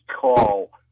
call